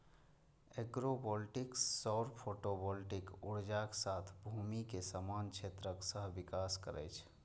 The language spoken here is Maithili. एग्रोवोल्टिक्स सौर फोटोवोल्टिक ऊर्जा के साथ भूमि के समान क्षेत्रक सहविकास करै छै